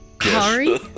Kari